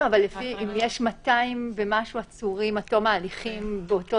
אבל אם יש 200 ומשהו עצורים עד תום ההליכים באותו